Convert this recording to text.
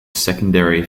secondary